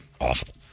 awful